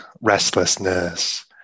restlessness